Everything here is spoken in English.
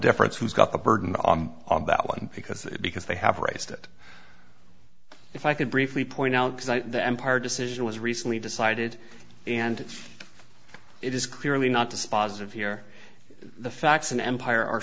difference who's got the burden on that one because because they have raised it if i could briefly point out the empire decision was recently decided and it is clearly not dispositive here the facts and empire are